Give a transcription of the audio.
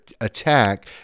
attack